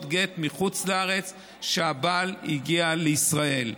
גט מחוץ לארץ לאחר שהבעל הגיע לישראל.